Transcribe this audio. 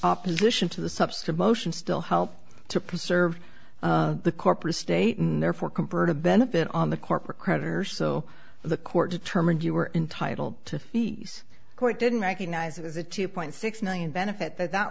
opposition to the substance motion still help to preserve the corporate state and therefore can burn a benefit on the corporate creditors so the court determined you were entitled to use court didn't recognize it as a two point six million benefit that that